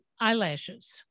eyelashes